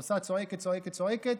עושה, צועקת, צועקת, צועקת,